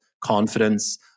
confidence